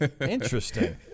Interesting